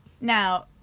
Now